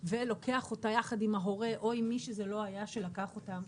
ולוקח אותה יחד עם ההורה או עם מי שזה לא היה שלקח אותה,